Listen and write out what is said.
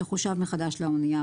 שחושב מחדש לאנייה,